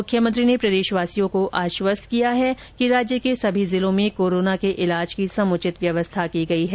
मुख्यमंत्री ने प्रदेशवासियों को आश्वस्त किया है कि राज्य के सभी जिलों में कोरोना के इलाज की समुचित व्यवस्था की गई है